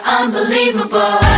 unbelievable